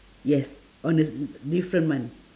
yes on the d~ different month